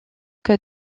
côtes